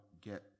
get